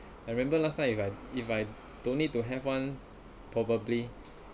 I remember last time if I if I don't need to have one probably